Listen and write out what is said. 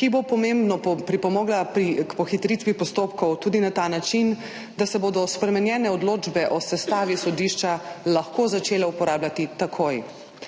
ki bo pomembno pripomogla k pohitritvi postopkov tudi na ta način, da se bodo spremenjene odločbe o sestavi sodišča lahko začele uporabljati takoj,